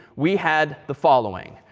we had the following,